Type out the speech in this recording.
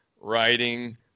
writing